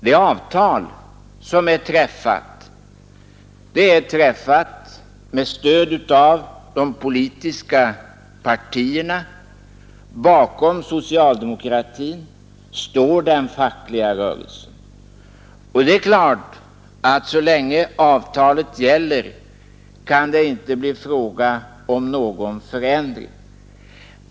Ett avtal är träffat med stöd av de politiska partierna — bakom socialdemokratin står den fackliga rörelsen — och det är klart att så länge avtalet gäller kan det inte bli fråga om någon förändring.